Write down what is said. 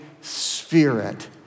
Spirit